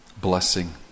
blessing